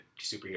superhero